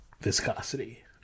viscosity